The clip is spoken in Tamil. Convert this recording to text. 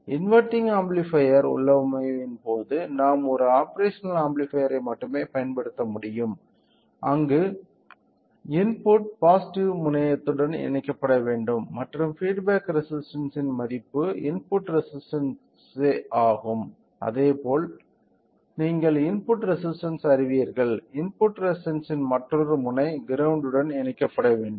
இன் இன்வெர்ட்டிங் ஆம்ப்ளிஃபையர் உள்ளமைவின் போது நாம் ஒரு ஆப்பேரஷனல் ஆம்பிளிபையர்யை மட்டுமே பயன்படுத்த முடியும் அங்கு இன்புட் பாசிட்டிவ் முனையத்துடன் இணைக்கப்பட வேண்டும் மற்றும் பீட் பேக் ரெசிஸ்டன்ஸ்ன் மதிப்பு இன்புட் ரெசிஸ்டன்ஸ் சே ஆகும் அதே போல் நீங்கள் இன்புட் ரெசிஸ்டன்ஸ் அறிவீர்கள் இன்புட் ரெசிஸ்டன்ஸ்ன் மற்றொரு முனை கிரௌண்ட் உடன் இணைக்கப்பட வேண்டும்